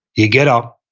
you get up,